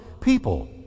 people